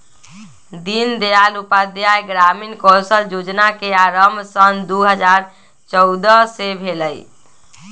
दीनदयाल उपाध्याय ग्रामीण कौशल जोजना के आरम्भ सन दू हज़ार चउदअ से भेलइ